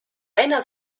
einer